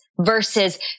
versus